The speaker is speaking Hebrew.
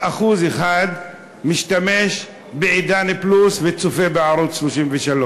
1%, להערכת משרד האוצר, צופה ומשתמש ב"עידן פלוס".